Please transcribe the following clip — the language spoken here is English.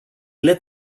led